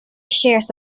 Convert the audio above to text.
shares